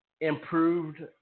improved